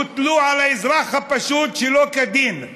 הוטלו על האזרח הפשוט שלא כדין.